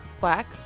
black